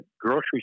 grocery